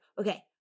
Okay